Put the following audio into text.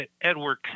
Edward